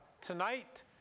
tonight